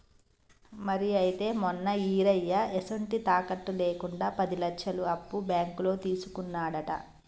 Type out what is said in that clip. మరి అయితే మొన్న ఈరయ్య ఎసొంటి తాకట్టు లేకుండా పది లచ్చలు అప్పు బాంకులో తీసుకున్నాడట